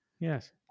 Yes